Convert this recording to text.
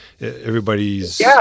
everybody's